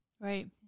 Right